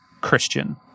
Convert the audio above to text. Christian